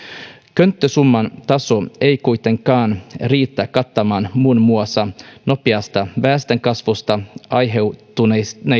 könttäsumman taso ei kuitenkaan riitä kattamaan muun muassa nopeasta väestönkasvusta aiheutuneita